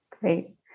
Great